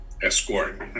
escort